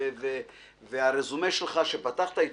הרזומה שלך שפתחת אתו,